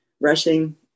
rushing